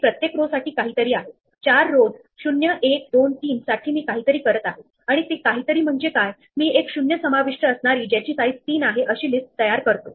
आता तिथे एक फंक्शन आहे जे आपण लिहिलेले नाही परंतु ते या ax ay पासून पोहोचू शकणाऱ्या सर्व शेजाऱ्यांचे परीक्षण करेल आणि मला पोहोचणे शक्य असलेल्या सर्व नोड्स च्या जोड्यांची लिस्ट देईल